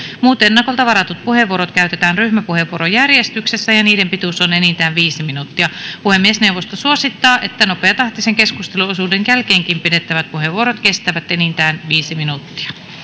muut ennakolta varatut puheenvuorot käytetään ryhmäpuheenvuorojärjestyksessä ja niiden pituus on enintään viisi minuuttia puhemiesneuvosto suosittaa että nopeatahtisen keskusteluosuuden jälkeenkin pidettävät puheenvuorot kestävät enintään viisi minuuttia